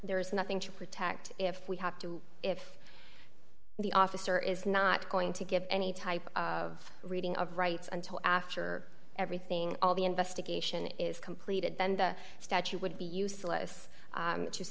there is nothing to protect if we have to if the officer is not going to give any type of reading of rights until after everything all the investigation is completed then the statute would be useless